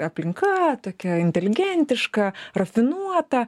aplinka tokia inteligentiška rafinuota